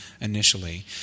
initially